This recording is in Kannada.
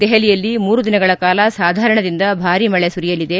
ದೆಹಲಿಯಲ್ಲಿ ಮೂರು ದಿನಗಳ ಕಾಲ ಸಾಧಾರಣದಿಂದ ಭಾರಿ ಮಳೆ ಸುರಿಯಲಿದೆ